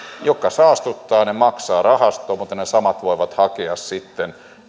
jotka saastuttavat maksavat rahastoon mutta ne samat voivat hakea sitten